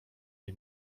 jej